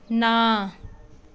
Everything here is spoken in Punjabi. ਨਾ